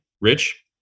Rich